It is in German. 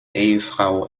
ehefrau